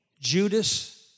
Judas